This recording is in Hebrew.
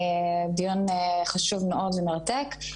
דיון חשוב מאוד ומרתק.